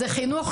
זה חינוך,